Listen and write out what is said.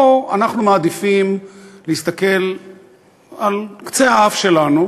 או שאנחנו מעדיפים להסתכל על קצה האף שלנו.